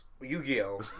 Yu-Gi-Oh